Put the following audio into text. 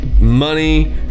money